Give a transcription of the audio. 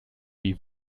die